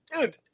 dude